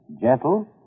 gentle